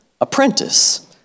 apprentice